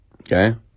okay